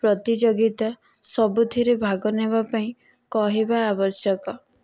ପ୍ରତିଯୋଗିତା ସବୁଥିରେ ଭାଗନେବା ପାଇଁ କହିବା ଆବଶ୍ୟକ